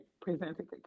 presenting